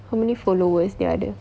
how many followers dia ada